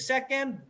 Second